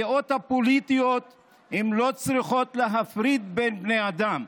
הדעות הפוליטיות לא צריכות להפריד בין בני אדם.